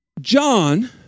John